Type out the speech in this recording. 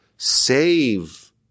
save